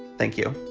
thank you.